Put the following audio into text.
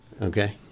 Okay